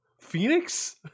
Phoenix